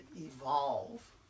evolve